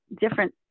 different